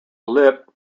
lippe